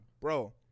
bro